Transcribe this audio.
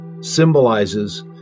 symbolizes